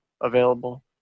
available